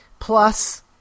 Plus